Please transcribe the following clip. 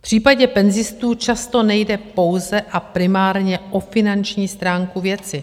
V případě penzistů často nejde pouze a primárně o finanční stránku věci.